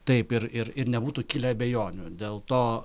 taip ir ir ir nebūtų kilę abejonių dėl to